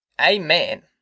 Amen